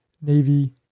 Navy